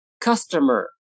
Customer